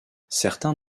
certains